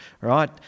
right